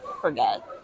forget